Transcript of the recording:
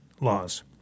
laws